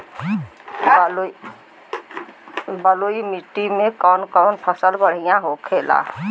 बलुई मिट्टी में कौन कौन फसल बढ़ियां होखेला?